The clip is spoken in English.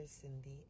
Cindy